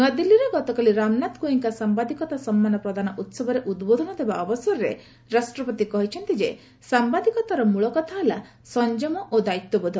ନୂଆଦିଲ୍ଲୀଠାରେ ଗତକାଲି ରାମନାଥ ଗୋଏଙ୍କା ସାମ୍ଭାଦିକତା ସମ୍ମାନ ପ୍ରଦାନ ଉହବରେ ଉଦ୍ବୋଧନ ଦେବା ଅବସରରେ ରାଷ୍ଟ୍ରପତି କହିଛନ୍ତି ଯେ ସାମ୍ଭାଦିକତାରେ ମୂଳ କଥା ହେଲା ସଂଯମ ଓ ଦାୟିତ୍ୱବୋଧ